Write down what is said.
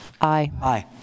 Aye